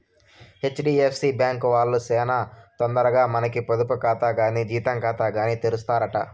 HDFC bank వాల్లు సేనా తొందరగా మనకి పొదుపు కాతా కానీ జీతం కాతాగాని తెరుస్తారట